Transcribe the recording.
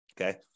Okay